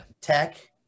tech